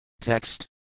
Text